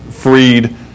Freed